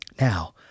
Now